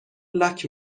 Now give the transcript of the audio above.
لاک